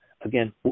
Again